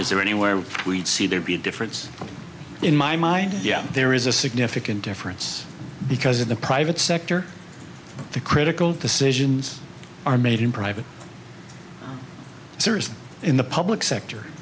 is there anywhere we see there be a difference in my mind yeah there is a significant difference because in the private sector the critical decisions are made in private service in the public sector